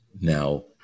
now